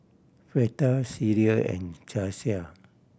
Fleta Celia and Jasiah